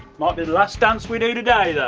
might be the last dance we do today,